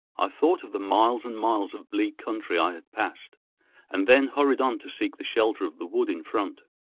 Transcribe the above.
i thought of the miles and miles of bleak country i had passed and then hurried on to seek the shelter of the wood in front.